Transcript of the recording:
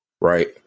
right